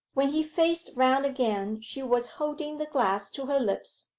when he faced round again she was holding the glass to her lips,